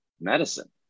Medicine